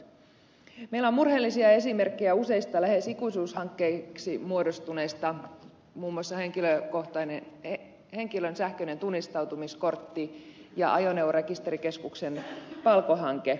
meillä on murheellisia esimerkkejä useista lähes ikuisuushankkeiksi muodostuneista projekteista muun muassa henkilön sähköinen tunnistautumiskortti ja ajoneuvorekisterikeskuksen palko hanke